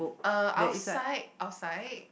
uh outside outside